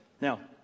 Now